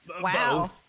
Wow